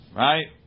right